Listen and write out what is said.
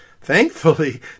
Thankfully